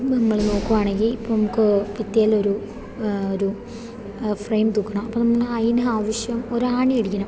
നമ്മൾ നോക്കുകയാണെങ്കിൽ ഇപ്പം നമുക്ക് ഭിത്തിയിലൊരു ഒരു ഫ്രെയിം തൂക്കണം അപ്പം നമ്മൾ അതിന് ആവശ്യം ഒരു ആണി അടിക്കണം